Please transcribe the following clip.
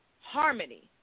Harmony